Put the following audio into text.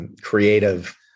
creative